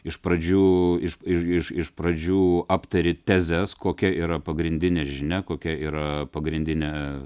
iš pradžių iš iš pradžių aptari tezes kokia yra pagrindinė žinia kokia yra pagrindinė